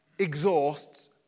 exhausts